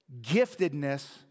giftedness